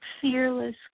fearless